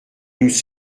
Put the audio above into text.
nous